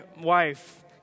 wife